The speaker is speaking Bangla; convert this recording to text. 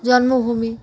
জন্মভূমি